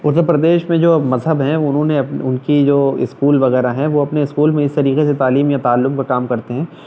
اتر پردیش میں جو مذہب ہیں انہوں نے ان کی جو اسکول وغیرہ ہیں وہ اپنے اسکول میں اس طریقے سے تعلیم یا تعلم کا کام کرتے ہیں